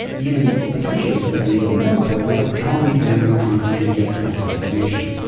even potentially sometimes even more important is like, tell me then when i'm going to get to my destination.